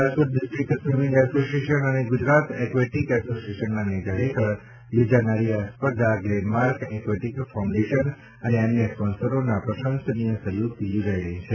Rajkot district swimming association અને Gujarat aquatic એશોસિએશનના નેજા હેઠળ યોજાનારી આ સ્પર્ધા ગ્લેનમાર્ક એકવેટિક ફાઉન્ડેશન અને અન્ય સ્પોન્સરોના પ્રસંનીય સહયોગથી યોજાઈ રહી છે